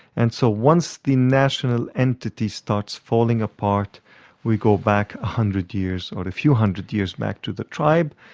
and so once the national entity starts falling apart we go back hundred years, or a few hundred years back, to the tribe,